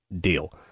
deal